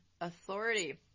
authority